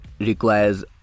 requires